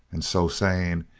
and so saying,